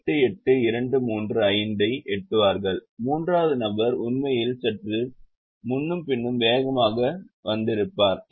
88235 ஐ எட்டுவார்கள் மூன்றாவது நபர் உண்மையில் சற்று முன்னும் பின்னும் வேகமாக வந்திருப்பார்